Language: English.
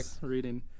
reading